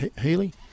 Healy